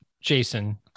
jason